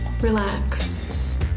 relax